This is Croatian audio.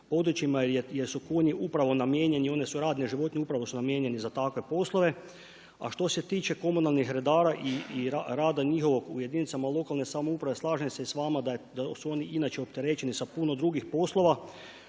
jer su konji namijenjeni, one su radne životinje, i upravo su namijenjeni za takve poslove, a što se tiče komunalnih redara i rada njihovog u jedinicama lokalne samouprave slažem se s vama da su oni inače opterećeni sa puno drugim poslova.